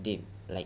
they like